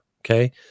Okay